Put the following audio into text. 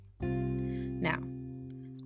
Now